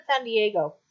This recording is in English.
Sandiego